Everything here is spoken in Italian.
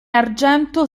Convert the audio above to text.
argento